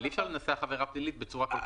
אבל אי-אפשר לנסח עבירה פלילית בצורה כל כך רחבה.